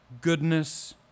goodness